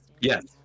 Yes